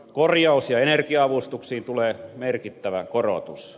korjaus ja energia avustuksiin tulee merkittävä korotus